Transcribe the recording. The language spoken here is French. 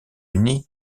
unis